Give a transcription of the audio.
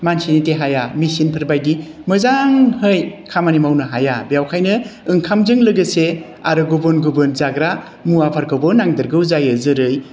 मानसिनि देहाया मेसिनफोर बायदि मोजांहै खामानि मावनो हाया बेनिखायनो ओंखामजों लोगोसे आरो गुबुन गुबुन जाग्रामुवाफोरखौबो नांदेरगौ जायो जेरै